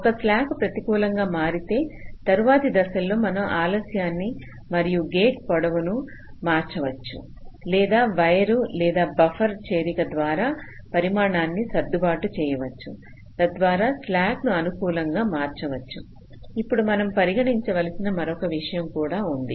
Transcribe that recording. ఒక స్లాక్ ప్రతికూలంగా మారితే తరువాతి దశలో మనం ఆలస్యాన్ని మరియు గేటు పొడవు ను మార్చడం లేదా వైర్ లేదా బఫర్ చేరిక ద్వారా పరిమాణాన్ని సర్దుబాటు చేయవచ్చు తద్వారా స్లాక్ ను అనుకూలంగా మార్చవచ్చు ఇప్పుడు మనము పరిగణించవలసిన మరొక విషయం కూడా ఉంది